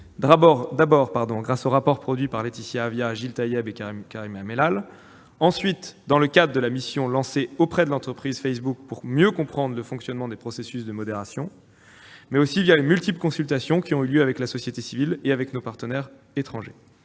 d'abord grâce au rapport produit par Laetitia Avia, Gil Taïeb et Karim Amellal, ensuite dans le cadre de la mission lancée auprès de l'entreprise Facebook pour mieux comprendre le fonctionnement des processus de modération, mais aussi les multiples consultations qui ont eu lieu avec la société civile et avec nos partenaires étrangers.